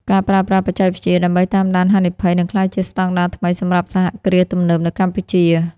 ការប្រើប្រាស់បច្ចេកវិទ្យាដើម្បីតាមដានហានិភ័យ នឹងក្លាយជាស្ដង់ដារថ្មីសម្រាប់សហគ្រាសទំនើបនៅកម្ពុជា។